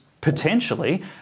potentially